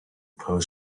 pear